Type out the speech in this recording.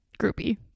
groupie